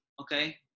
okay